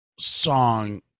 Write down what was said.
song